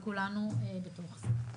וכולנו בתוך זה.